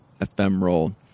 ephemeral